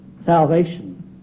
Salvation